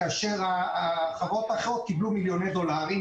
כאשר החברות האחרות קיבלנו מיליוני דולרים.